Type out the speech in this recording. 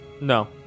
No